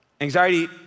Anxiety